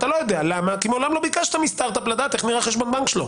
אתה לא יודע כי מעולם לא ביקשת מסטארט אפ לדעת איך נראה חשבון בנק לו.